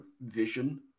vision